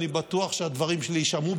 אני בטוח שהדברים שלי יישמעו,